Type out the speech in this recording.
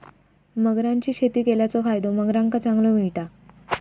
मगरांची शेती केल्याचो फायदो मगरांका चांगलो मिळता